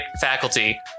faculty